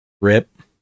Rip